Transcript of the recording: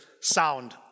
sound